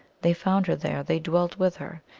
they found her there they dwelt with her.